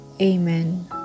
Amen